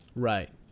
Right